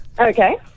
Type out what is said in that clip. Okay